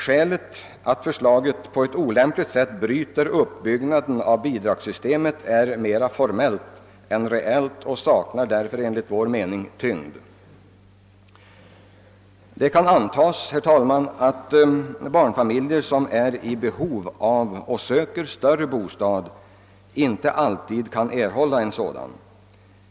Skälet att förslaget på ett olämpligt sätt bryter uppbyggnaden av bidragssystemet är mera formellt än reellt och saknar därför enligt vår mening tyngd. Det kan antagas att barnfamiljer som behöver och söker en större bostad inte alltid kan få någon sådan.